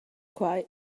quai